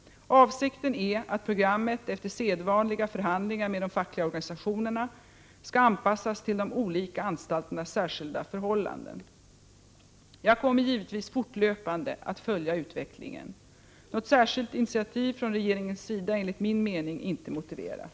Avsikten är att programmet-— efter sedvanliga förhandlingar med de fackliga organisationerna — skall anpassas till de olika anstalternas särskilda förhållanden. Jag kommer givetvis att fortlöpande följa utvecklingen. Något särskilt initiativ från regeringens sida är enligt min mening inte motiverat.